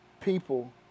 people